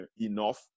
enough